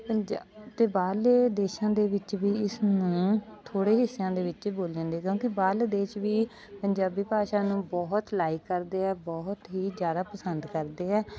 ਪੰਜਾ ਅਤੇ ਬਾਹਰਲੇ ਦੇਸ਼ਾਂ ਦੇ ਵਿੱਚ ਵੀ ਇਸ ਨੂੰ ਥੋੜ੍ਹੇ ਹਿੱਸਿਆਂ ਦੇ ਵਿੱਚ ਬੋਲਣ ਦੇ ਕਿਉਂਕਿ ਬਾਹਰਲੇ ਦੇਸ਼ ਵੀ ਪੰਜਾਬੀ ਭਾਸ਼ਾ ਨੂੰ ਬਹੁਤ ਲਾਈਕ ਕਰਦੇ ਆ ਬਹੁਤ ਹੀ ਜ਼ਿਆਦਾ ਪਸੰਦ ਕਰਦੇ ਆ